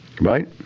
Right